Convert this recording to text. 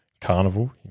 carnival